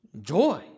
Joy